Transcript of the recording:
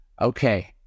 Okay